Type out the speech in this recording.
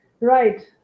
right